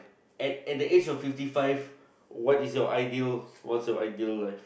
at at the age of fifty five what is your ideal what is your ideal life